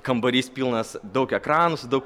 kambarys pilnas daug ekranų su daug